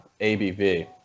abv